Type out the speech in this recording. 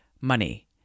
money